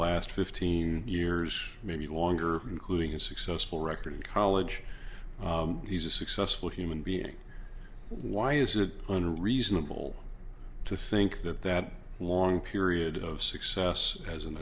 last fifteen years maybe longer including his successful record in college he's a successful human being why is it unreasonable to think that that long period of success as an